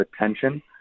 attention